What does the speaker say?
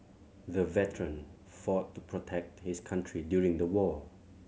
the veteran fought to protect his country during the war